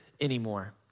anymore